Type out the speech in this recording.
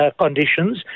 conditions